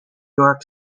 york